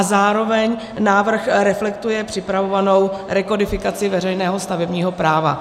Zároveň návrh reflektuje připravovanou rekodifikaci veřejného stavebního práva.